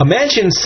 Imagine